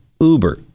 uber